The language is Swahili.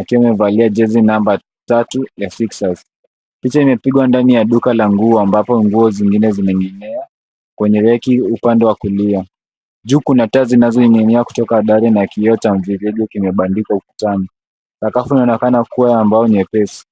akiwa amevalia jezi namba tatu ya sixus. Picha imepigwa ndani ya duka la nguo ambapo nguo zingine zimening'inia kwenye reki upande wa kulia. Juu kuna taa zinazoning'inia kutoka dari na kioo cha mviringo kimebandikwa ukutani. Sakafu inaonekana kuwa ya mbao nyepesi.